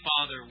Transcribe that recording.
Father